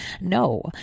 No